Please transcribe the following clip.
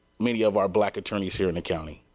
many of our black attorneys here in the county.